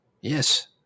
Yes